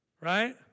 right